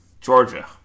Georgia